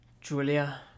Julia